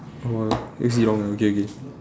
oh it's wrong ah okay K